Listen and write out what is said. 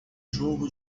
jogo